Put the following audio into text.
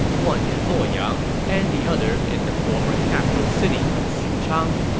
one in luoyang, and the other in the former capital city of xuchang.